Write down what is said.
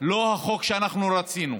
לא החוק שאנחנו רצינו.